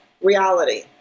reality